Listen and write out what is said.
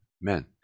men